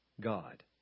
God